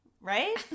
right